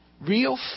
Real